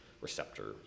receptor